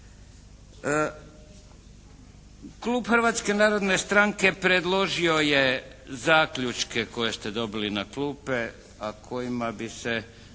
Klub Hrvatske narodne stranke predložio je zaključke koje ste dobili na klupe a kojima bi se